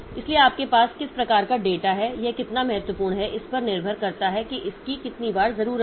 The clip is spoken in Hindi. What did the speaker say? इसलिए आपके पास किस प्रकार का डेटा है और यह कितना महत्वपूर्ण है इस पर निर्भर करता है कि इसकी कितनी बार जरूरत है